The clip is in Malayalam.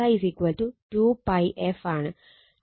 ഇവിടെ 2 𝜋 f ആണ്